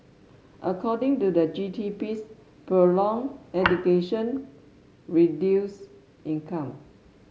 according to the G T piece prolong education reduce income